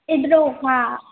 ईदरो हा